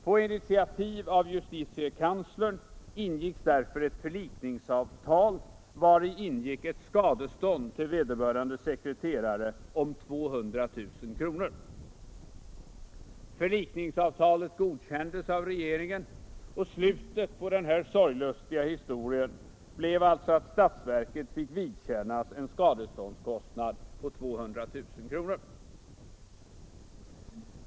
På initiativ av justitiekanslern träffades därför ett förlikningsavtal, vari ingick ett skadestånd till vederbörande sekreterare på 200 000 kr. Förlikningsavtalet godkändes av regeringen, och slutet på den här sorglustiga historien blev alltså att statsverket fick vidkännas en skadeståndskostnad på 200 000 kr.